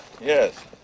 Yes